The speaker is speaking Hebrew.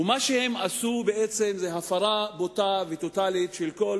מה שהם עשו בעצם זה הפרה בוטה וטוטלית של כל